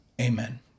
Amen